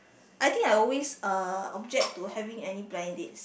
I think I always uh object to having any blind dates